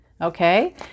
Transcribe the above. Okay